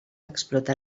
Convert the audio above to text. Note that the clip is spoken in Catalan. explotar